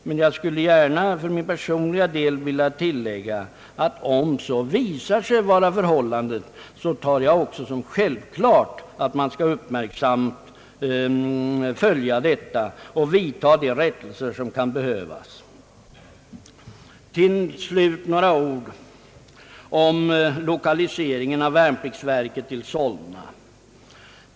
Men jag skulle gärna för min personliga del vilja tillägga att om så skulle visa sig bli förhållandet, finner jag det självklart att man uppmärksamt följer utvecklingen och vidtar de rättelser som kan behövas. Till slut några ord om lokaliseringen av värnpliktsverket till Solna.